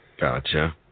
Gotcha